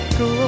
go